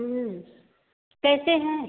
कैसे हैं